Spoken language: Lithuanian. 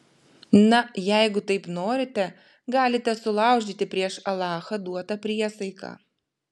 na jeigu taip norite galite sulaužyti prieš alachą duotą priesaiką